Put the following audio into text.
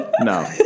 No